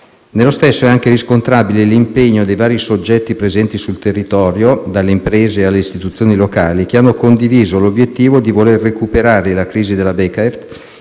Nello stesso è anche riscontrabile l'impegno dei vari soggetti presenti sul territorio - dalle imprese alle istituzioni locali - che hanno condiviso l'obiettivo di voler recuperare la crisi della Bekaer,